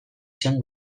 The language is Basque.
zen